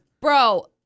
Bro